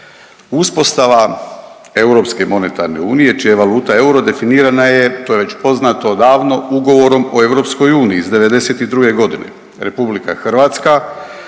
monetarne unije čija je valuta euro definirana je, to je već poznato odavno, Ugovorom o EU iz '92. godine. Republika Hrvatska